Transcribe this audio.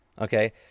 Okay